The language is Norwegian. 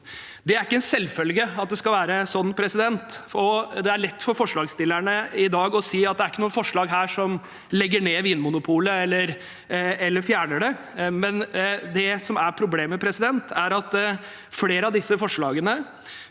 Det er ikke en selvfølge at det skal være sånn. Det er lett for forslagsstillerne i dag å si at det ikke i noen av forslagene er snakk om å legge ned Vinmonopolet eller å fjerne det. Men det som er problemet, er at flere av disse forslagene